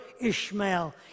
Ishmael